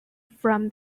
from